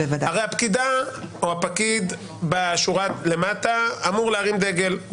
הרי הפקידה או הפקיד בשורה למטה אמור להרים דגל,